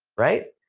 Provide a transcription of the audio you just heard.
right?